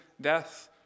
death